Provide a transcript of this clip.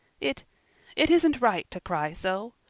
it it isn't right to cry so.